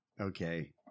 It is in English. Okay